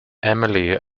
emily